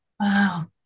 Wow